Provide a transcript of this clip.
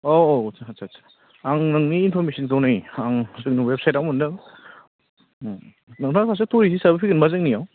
औ औ आदसा आदसा आदसा आं नोंनि इन्फरमेसनखौ नै आं जोंनि अवेबसाइटआव मोनदों उम नोंथांहासो टुर हिसाबै फैगोनबा जोंनियाव